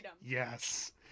yes